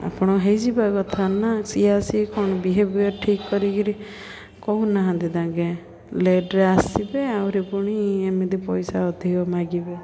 ଆପଣ ହେଇଯିବା କଥା ନା ସିଏ ଆସି ସିଏ କ'ଣ ବିହେଭିଅର୍ ଠିକ କରିକିରି କହୁନାହାନ୍ତି ତାଙ୍କେ ଲେଟ୍ରେ ଆସିବେ ଆହୁରି ପୁଣି ଏମିତି ପଇସା ଅଧିକ ମାଗିବେ